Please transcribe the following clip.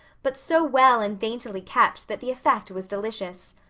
but so well and daintily kept that the effect was delicious.